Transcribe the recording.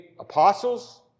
apostles